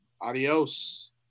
Adios